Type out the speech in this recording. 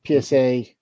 PSA